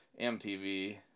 MTV